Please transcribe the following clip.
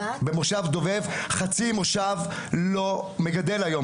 במושב דובב חצי מושב לא מגדל היום,